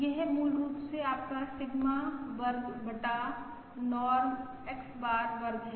यह मूल रूप से आपका सिग्मा वर्ग बटा नॉर्म X बार वर्ग है